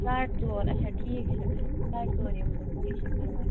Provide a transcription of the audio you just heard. ساڈٕ ژور آچھا ٹھیٖک چھُ ساڈِ ژورِ یِم بہٕ کیٚنٛہہ چھُنہٕ پَرواے